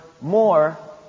more